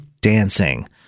Dancing